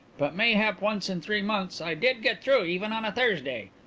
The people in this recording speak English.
but, mayhap once in three months, i did get through even on a thursday,